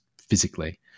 physically